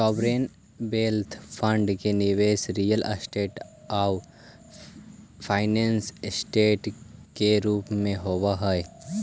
sovereign wealth fund के निवेश real estate आउ फाइनेंशियल ऐसेट के रूप में होवऽ हई